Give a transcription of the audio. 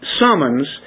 summons